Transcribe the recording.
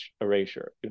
erasure